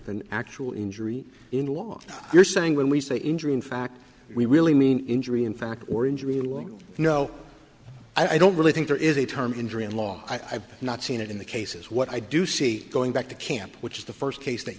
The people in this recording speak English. than actual injury in law you're saying when we say injury in fact we really mean injury in fact or injury and no i don't really think there is a term injury in law i've not seen it in the cases what i do see going back to camp which is the first case that